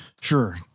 Sure